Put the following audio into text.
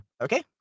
okay